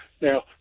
now